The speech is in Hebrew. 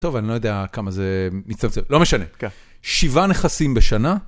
טוב, אני לא יודע כמה זה... לא משנה, שבעה נכסים בשנה.